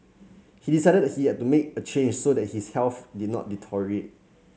he decided he had to make a change so that his health did not deteriorate